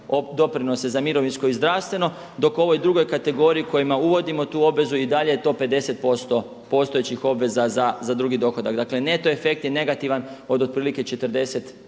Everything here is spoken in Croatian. doprinose za mirovinsko i zdravstveno dok ovoj drugoj kategoriji kojima uvodimo tu obvezu i dalje je to 50% postojećih obveza za drugih dohodak. Dakle neto efekt je negativan od otprilike 40